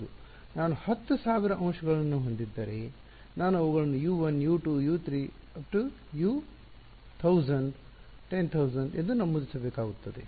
ಹೌದು ನಾನು 10000 ಅಂಶಗಳನ್ನು ಹೊಂದಿದ್ದರೆ ನಾನು ಅವುಗಳನ್ನು U1 ·· U10000 ಎಂದು ನಮೂದಿಸಬೇಕಾಗುತ್ತದೆ